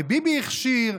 וביבי הכשיר,